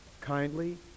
kindly